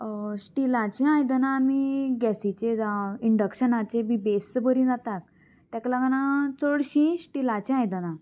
स्टिलाची आयदनां आमी गॅसीचेर जावं इंडक्शनाचेर बी बेस बरी जातात तेका लागना चडशीं स्टिलाची आयदनां